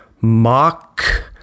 Mock